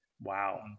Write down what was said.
Wow